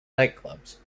nightclubs